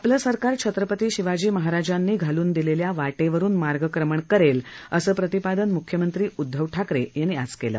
आपलं सरकार छत्रपती शिवाजी महाराजांनी घालून दिलेल्या वाटेवरुन मार्गक्रमण करेल असं प्रतिपादन मुख्यमंत्री उदधव ठाकरे यांनी आज केलं